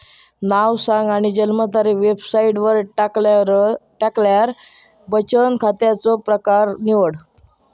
नाव सांग आणि जन्मतारीख वेबसाईटवर टाकल्यार बचन खात्याचो प्रकर निवड